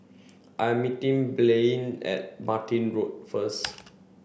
I'm meeting Blaine at Martin Road first